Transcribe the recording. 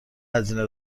هزینه